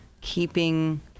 keeping